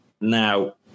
now